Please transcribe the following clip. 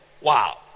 Wow